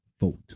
vote